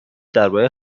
درباره